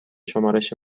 شمارش